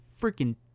freaking